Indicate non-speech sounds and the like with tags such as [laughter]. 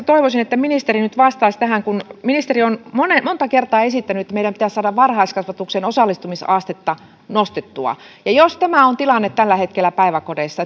[unintelligible] toivoisin että ministeri nyt vastaisi tähän kun ministeri on monta kertaa esittänyt että meidän pitäisi saada varhaiskasvatuksen osallistumisastetta nostettua jos tilanne tällä hetkellä päiväkodeissa [unintelligible]